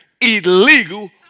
illegal